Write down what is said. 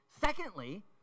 Secondly